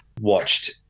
watched